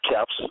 caps